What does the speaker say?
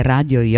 Radio